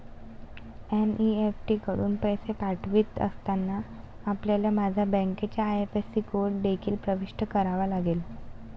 NEFT कडून पैसे पाठवित असताना, आपल्याला माझ्या बँकेचा आई.एफ.एस.सी कोड देखील प्रविष्ट करावा लागेल